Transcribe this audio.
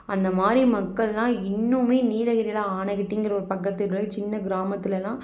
அந்த மாதிரி மக்கள்லாம் இன்னும் நீலகிரியில் ஆனைக்கட்டிங்கின்ற ஒரு பக்கத்து ஊரில் சின்ன கிராமத்தில் எல்லாம்